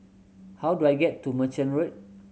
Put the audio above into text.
how do I get to Merchant Road